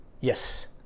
Yes